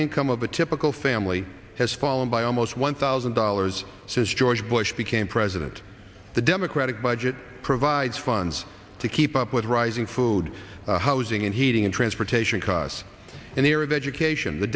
income of the typical family has fallen by almost one thousand dollars since george bush became president the democratic budget provides funds to keep up with rising food housing and heating and transportation costs and the air of education the